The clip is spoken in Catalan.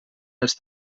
els